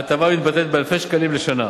הטבה המתבטאת באלפי שקלים לשנה.